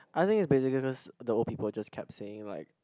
I think it's basically just the old people just kept saying like